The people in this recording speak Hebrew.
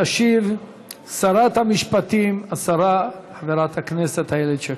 תשיב שרת המשפטים, השרה חברת הכנסת איילת שקד.